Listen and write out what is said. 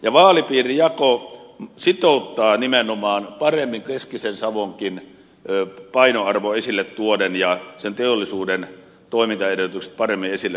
ja vaalipiirijako sitouttaa nimenomaan tuoden paremmin esille keskisen savonkin painoarvoa ja sen teollisuuden toimintaedellytyksiä